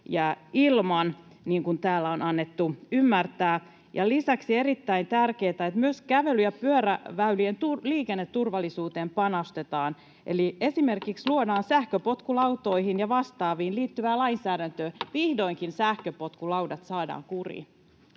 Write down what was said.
niin kuin täällä on annettu ymmärtää. Lisäksi erittäin tärkeätä on, että myös kävely- ja pyöräväylien liikenneturvallisuuteen panostetaan, eli esimerkiksi luodaan sähköpotkulautoihin ja vastaaviin liittyvää lainsäädäntöä. Vihdoinkin sähköpotkulaudat saadaan kuriin.